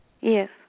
Yes